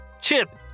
Chip